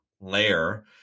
layer